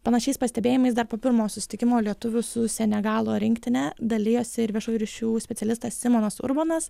panašiais pastebėjimais dar po pirmo susitikimo lietuvių su senegalo rinktine dalijosi ir viešųjų ryšių specialistas simonas urbonas